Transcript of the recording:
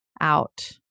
out